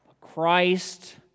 Christ